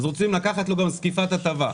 אז רוצים לקחת לו גם זקיפת הטבה.